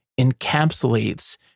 encapsulates